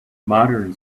modern